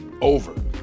over